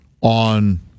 on